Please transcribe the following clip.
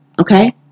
Okay